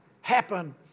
happen